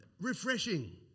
refreshing